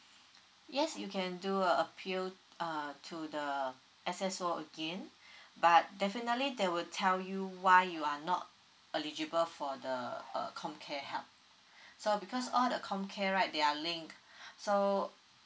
yes you can do a appeal uh to the S_S_O again but definitely they will tell you why you are not eligible for the uh COMCARE help so because all the COMCARE right they are linked so